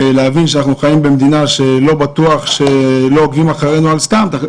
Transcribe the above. להבין שאנחנו חיים במדינה שלא בטוח שלא עוקבים אחרינו סתם.